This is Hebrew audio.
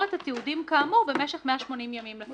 את התיעודים כאמור במשך 180 ימים לפחות".